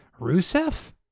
Rusev